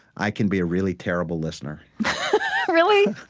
i can be a really terrible listener really?